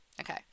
okay